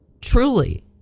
truly